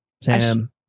Sam